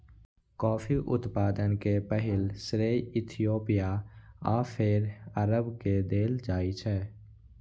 coffee उत्पादन के पहिल श्रेय इथियोपिया आ फेर अरब के देल जाइ छै